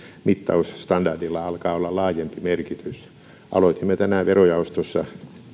mittausstandardilla alkaa olla laajempi merkitys aloitimme tänään verojaostossa